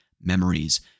memories